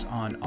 on